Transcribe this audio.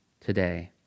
today